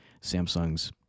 Samsung's